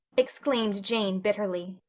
exclaimed jane bitterly.